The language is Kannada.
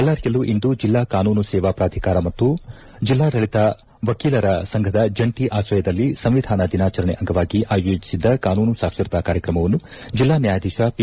ಬಳ್ಳಾರಿಯಲ್ಲೂ ಇಂದು ಜಿಲ್ಲಾ ಕಾನೂನು ಸೇವಾ ಪ್ರಾಧಿಕಾರ ಮತ್ತು ಜಿಲ್ಲಾಡಳಿತ ವಕೀಲರ ಸಂಘದ ಜಂಟಿ ಆಶ್ರಯದಲ್ಲಿ ಸಂವಿಧಾನ ದಿನಾಚರಣೆ ಅಂಗವಾಗಿ ಆಯೋಜಿಸಿದ್ದ ಕಾನೂನು ಸಾಕ್ಷರತಾ ಕಾರ್ಯಕ್ರಮವನ್ನು ಜಿಲ್ಲಾ ನ್ಕಾಯಾದೀಶ ಪಿ